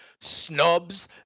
snubs